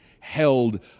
held